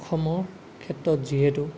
অসমৰ ক্ষেত্ৰত যিহেতু